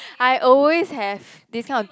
I always have this kind of